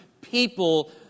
people